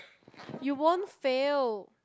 you won't fail